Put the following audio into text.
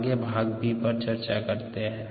आगे भाग b पर चर्चा करते है